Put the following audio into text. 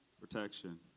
protection